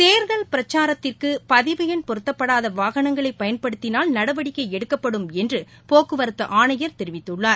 தேர்தல் பிரச்சாரத்திற்குபதிவு பொருத்தப்படாதவாகனங்களைபயன்படுத்தினால் நடவடிக்கைஎடுக்கப்படும் என்றுபோக்குவரத்துஆணையர் தெரிவித்துள்ளார்